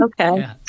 Okay